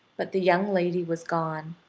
but the young lady was gone.